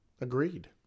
agreed